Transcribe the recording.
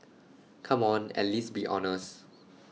come on at least be honest